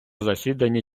засіданні